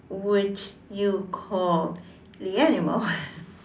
would you call the animal